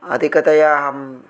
अधिकतया अहम्